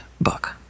book